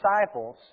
disciples